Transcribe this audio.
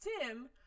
Tim